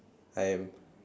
I am